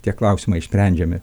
tie klausimai sprendžiami